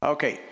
Okay